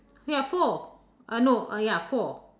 there are four uh no uh ya four